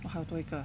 哇还有多一个